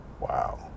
Wow